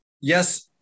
yes